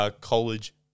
college